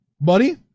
buddy